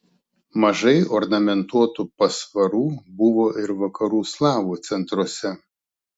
mažai ornamentuotų pasvarų buvo ir vakarų slavų centruose